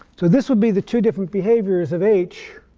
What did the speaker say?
so this would be the two different behaviors of h